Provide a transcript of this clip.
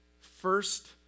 first